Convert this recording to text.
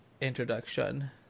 introduction